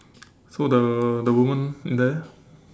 so the the woman in there